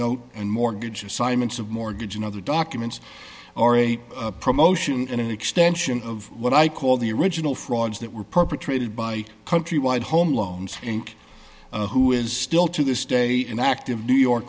note and mortgage assignments of mortgage and other documents or a promotion and an extension of what i call the original frauds that were perpetrated by countrywide home loans inc who is still to this day an act of new york